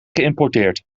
geïmporteerd